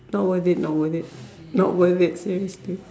not worth it not worth it not worth it seriously